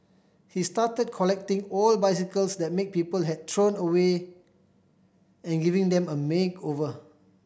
he started collecting old bicycles that make people had thrown away and giving them a makeover